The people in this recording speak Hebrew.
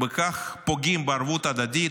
ובכך פוגעים בערבות ההדדית,